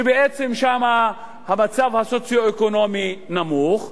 שבעצם שם הרמה הסוציו-אקונומית נמוכה,